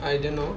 I didn't know